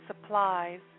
supplies